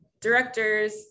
directors